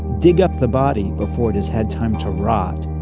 dig up the body before it has had time to rot,